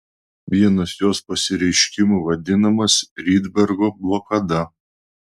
vienas jos pasireiškimų vadinamas rydbergo blokada